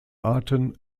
arten